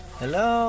hello